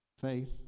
Faith